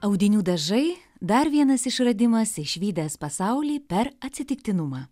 audinių dažai dar vienas išradimas išvydęs pasaulį per atsitiktinumą